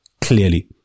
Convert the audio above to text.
clearly